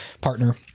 partner